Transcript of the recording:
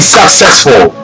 successful